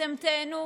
אתם תיהנו.